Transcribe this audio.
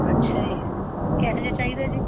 ਅੱਛਾ ਜੀ ਕਿਹੋ ਜਿਹਾ ਚਾਹੀਦਾ ਜੀ